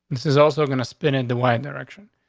this is also going to spin in the wind direction.